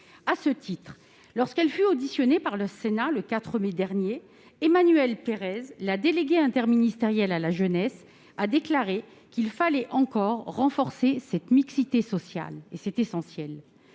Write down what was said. À ce titre, lorsqu'elle fut auditionnée par le Sénat le 4 mai dernier, Emmanuelle Pérès, la déléguée interministérielle à la jeunesse, a déclaré qu'il fallait encore renforcer cette mixité sociale- c'est essentiel.